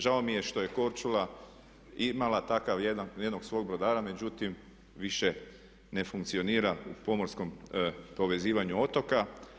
Žao mi je što je Korčula imala takav jedan, jednog svog brodara međutim više ne funkcionira u pomorskom povezivanju otoka.